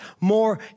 more